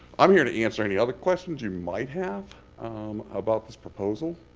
i'm here to answer any other questions you might have about this proposal.